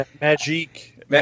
Magic